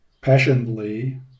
passionately